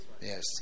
Yes